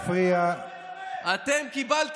פעם אחת לא היית בוועדה, על מה אתה מדבר?